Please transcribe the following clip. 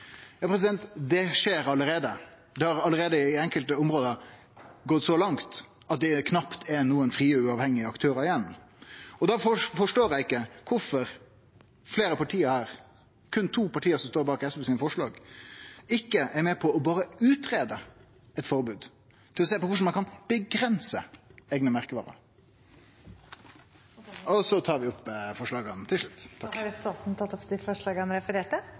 Det skjer allereie. Det har allereie i enkelte område gått så langt at det knapt er nokon frie, uavhengige aktørar igjen. Og da forstår eg ikkje kvifor fleire av partia her – det er berre to parti som står bak SV sine forslag – ikkje er med på berre å greie ut eit forbod, for å sjå på korleis ein kan avgrense eigne merkevarer. Eg tar til slutt opp forslaga. Da har representanten Torgeir Knag Fylkesnes tatt opp de forslagene han refererte til.